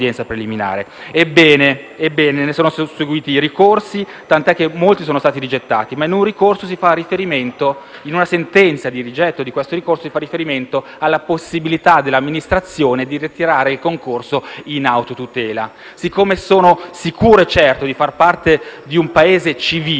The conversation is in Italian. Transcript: Ebbene, ne sono susseguiti ricorsi, molti dei quali sono stati rigettati, ma in una sentenza di rigetto di uno di questi ricorsi si fa riferimento alla possibilità dell'Amministrazione di ritirare il concorso in autotutela. Poiché sono sicuro e certo di far parte di un Paese civile,